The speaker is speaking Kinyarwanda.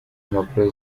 impapuro